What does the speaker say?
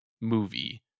movie